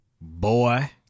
Boy